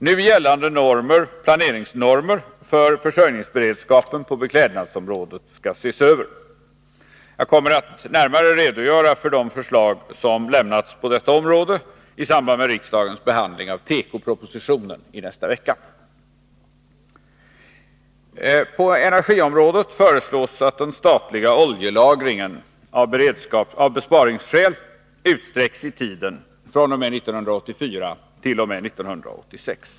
Nu gällande planeringsnormer för försörjningsberedskapen på beklädnadsområdet skall ses över. Jag kommer att närmare redogöra för de förslag som lämnas på detta område i samband med riksdagens behandling av tekopropositionen i nästa vecka. På energiområdet föreslås att den statliga oljelagringen av besparingsskäl utsträcks i tiden fr.o.m. 1984 t.o.m. 1986.